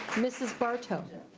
mrs. bartow.